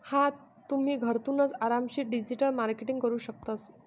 हा तुम्ही, घरथूनच आरामशीर डिजिटल मार्केटिंग करू शकतस